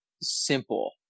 simple